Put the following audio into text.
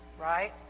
right